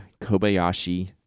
Kobayashi